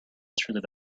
through